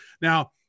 Now